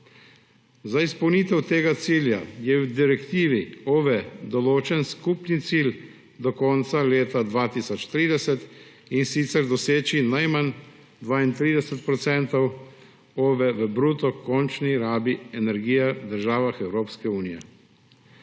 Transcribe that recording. Za izpolnitev tega cilja je v direktivi OVE določen skupni cilj do konca leta 2030, in sicer doseči najmanj 32% OVE v bruto končni rabi energije v državah Evropske unije.